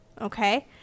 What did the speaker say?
Okay